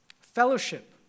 fellowship